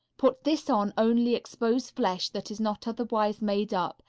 put this on only exposed flesh that is not otherwise made up,